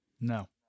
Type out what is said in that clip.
no